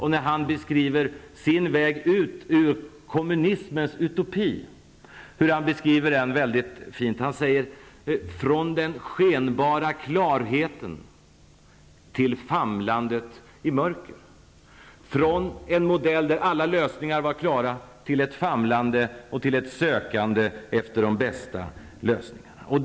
Han beskriver sin väg ut ur kommunismens utopi väldigt fint. Han säger: Från den skenbara klarheten till famlandet i mörker. Han gick från en modell där alla lösningar var klara till ett famlande och till ett sökande efter de bästa lösningarna.